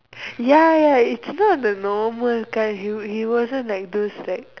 ya ya it's not the normal kind he he wasn't like those like